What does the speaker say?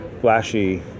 flashy